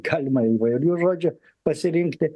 galima įvairių žodžių pasirinkti